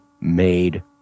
made